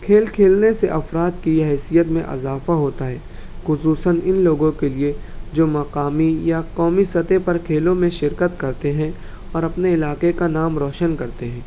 کھیل کھیلنے سے افراد کی یہ حیثیت میں اضافہ ہوتا ہے خصوصاً ان لوگوں کے لیے جو مقامی یا قومی سطح پر کھیلوں میں شرکت کرتے ہیں اور اپنے علاقے کا نام روشن کرتے ہیں